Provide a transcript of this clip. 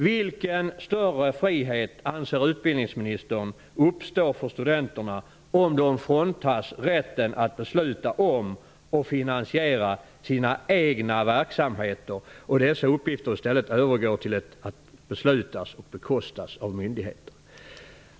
Vilken större frihet anser utbildningsministern uppstår för studenterna om de fråntas rätten att besluta om och finansiera sina egna verksamheter och dessa uppgifter i stället övergår till att beslutas och bekostas av myndigheter?